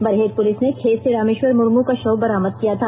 Barhet police ने खेत से रामेश्वर मुर्मू का शव बरामद किया था